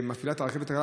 שמפעילה את הרכת הקלה,